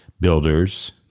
builders